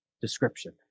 description